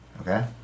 Okay